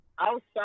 outside